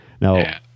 Now